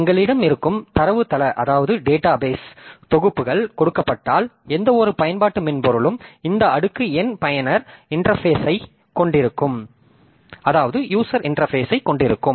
எங்களிடம் இருக்கும் தரவுத்தள தொகுப்புகள் கொடுக்கப்பட்டால் எந்தவொரு பயன்பாட்டு மென்பொருளும் இந்த அடுக்கு N பயனர் இன்டெர்பேசைக் கொண்டிருக்கும்